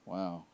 Wow